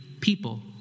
people